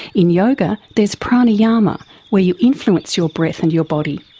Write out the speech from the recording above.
in yoga there's pranayama where you influence your breath and your body.